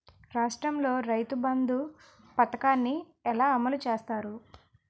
రాష్ట్రంలో రైతుబంధు పథకాన్ని ఎలా అమలు చేస్తారు?